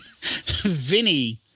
Vinny